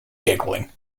giggling